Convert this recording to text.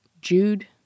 Jude